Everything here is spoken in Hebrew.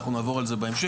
אנחנו נעבור על זה בהמשך,